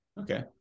Okay